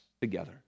together